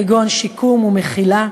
כגון שיקום ומחילה,